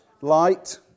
Light